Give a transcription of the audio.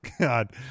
God